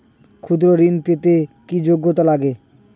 ক্ষুদ্র ঋণ পেতে কি যোগ্যতা লাগে?